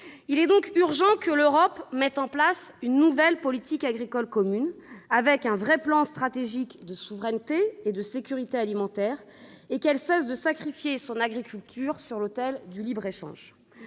Il est urgent que l'Europe mette en place une nouvelle politique agricole commune, intégrant un véritable plan stratégique de souveraineté et de sécurité alimentaires, et qu'elle cesse de sacrifier son agriculture sur l'autel du libre-échange.